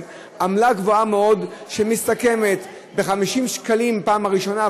עמלה בגבוהה מאוד שמסתכמת ב-50 שקלים בפעם הראשונה,